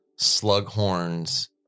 Slughorn's